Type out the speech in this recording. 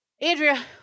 Andrea